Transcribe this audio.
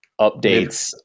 updates